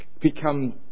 become